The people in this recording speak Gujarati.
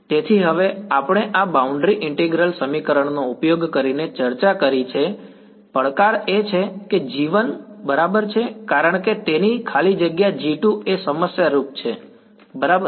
તેથી હવે આપણે આ બાઉન્ડ્રી ઈન્ટીગ્રલ સમીકરણોનો ઉપયોગ કરીને ચર્ચા કરી છે તે પડકાર એ છે કે g1 બરાબર છે કારણ કે તેની ખાલી જગ્યા g2 એ સમસ્યારૂપ છે બરાબર